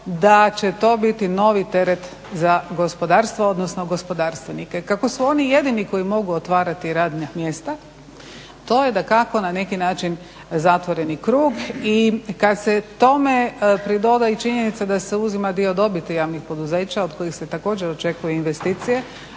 da će to biti novi teret za gospodarstvo, odnosno gospodarstvenike. Kako su oni jedini koji mogu otvarati radna mjesta to je dakako na neki način zatvoreni krug i kad se tome pridoda i činjenica da se uzima dio dobiti javnih poduzeća od kojih se također očekuju investicije,